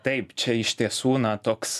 taip čia iš tiesų na toks